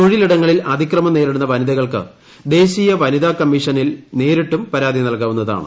തൊഴിലിടങ്ങളിൽ അതിക്രമം നേരിടുന്ന വനിതകൾക്ക് ദേശീയ വനിതാ കമ്മീഷനിൽ നേരിട്ടും പരാതി നല്കാവുന്നതാണ്